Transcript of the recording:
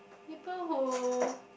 people who